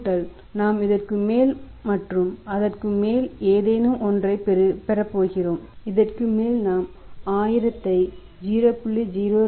கூட்டல் நாம் இதற்கு மேல் மற்றும் அதற்கு மேல் ஏதேனும் ஒன்றைப் பெறப்போகிறோம் இதற்கு மேல் நாம் 1000 ஐ 0